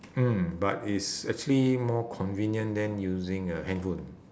hmm but it's actually more convenient than using a handphone